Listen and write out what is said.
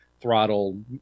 throttle